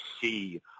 see